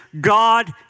God